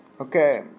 Okay